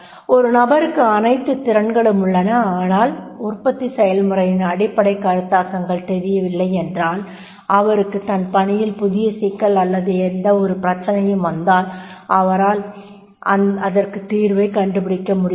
ஒரு நபருக்கு அனைத்து திறன்களும் உள்ளன ஆனால் உற்பத்தி செயல்முறையின் அடிப்படை கருத்தாக்கங்கள் தெரியவில்லை என்றால் அவருக்கு தன் பணியில் புதிய சிக்கல் அல்லது எந்தவொரு பிரச்சினையும் வந்தால் அவரல் அதற்குத் தீர்வைக் கண்டுபிடிக்க முடியாது